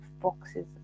boxes